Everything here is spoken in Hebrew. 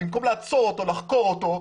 במקום לעצור אותו ולחקור אותו,